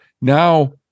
now